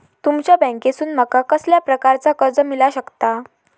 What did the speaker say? तुमच्या बँकेसून माका कसल्या प्रकारचा कर्ज मिला शकता?